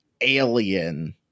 alien